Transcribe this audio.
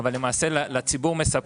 הרבה מאוד עבודה, אבל לציבור מסבכים.